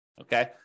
okay